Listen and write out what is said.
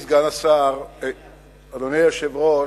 אדוני היושב-ראש,